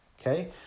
okay